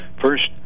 First